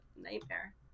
nightmare